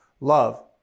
love